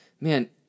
man